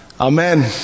Amen